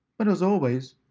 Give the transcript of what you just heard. but as always,